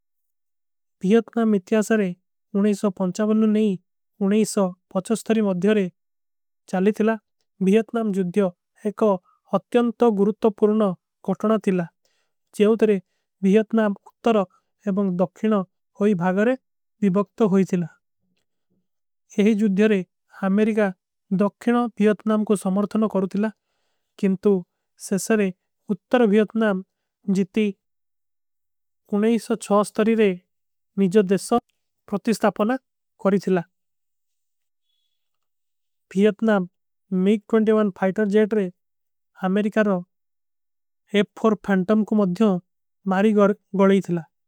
ଵିଯତ୍ନାମ ଇତ୍ଯାସାରେ ସ୍ଥରୀ ମଧ୍ଯରେ ଚାଲୀ ଥିଲା ଵିଯତ୍ନାମ ଜୁଧ୍ଯା। ଏକ ଅତ୍ଯନ୍ତ ଗୁରୁତ୍ତ ପୁର୍ଣ କଟନା ଥିଲା ଜୈଵତରେ ଵିଯତ୍ନାମ ଉତ୍ତର। ଔର ଦକ୍ଷିନ ଭାଗରେ ଵିବକ୍ତ ହୋଈ ଥିଲା ଯହୀ ଜୁଧ୍ଯାରେ ଅମେରିକା। ଦକ୍ଷିନ ଵିଯତ୍ନାମ କୋ ସମର୍ଥନା କରୁ ଥିଲା କିନ୍ଟୁ ସେସରେ ଉତ୍ତର। ଵିଯତ୍ନାମ ଜିତୀ ସ୍ଥରୀ ରେ ନିଜଦେଶନ। ପ୍ରତିସ୍ଥାପନା କରୀ ଥିଲା ଵିଯତ୍ନାମ ମିକ ଫାଇଟର ଜେଟ ରେ। ଅମେରିକା ନୋ ଫାଂଟମ କୋ ମଧ୍ଯରେ ମାରୀ ଗଲେ ଥିଲା।